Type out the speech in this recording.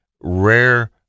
rare